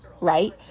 right